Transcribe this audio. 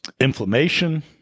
inflammation